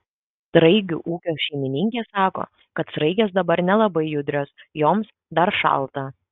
sraigių ūkio šeimininkė sako kad sraigės dabar nelabai judrios joms dar šalta